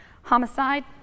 homicide